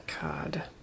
God